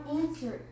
answer